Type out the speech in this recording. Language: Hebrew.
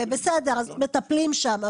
ומטפלים שם.